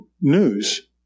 news